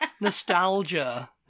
Nostalgia